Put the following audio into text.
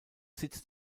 sitz